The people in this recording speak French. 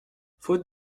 faute